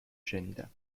شنیدم